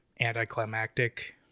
anticlimactic